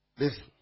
Listen